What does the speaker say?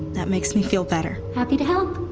that makes me feel better happy to help